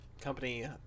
company